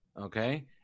Okay